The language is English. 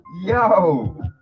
Yo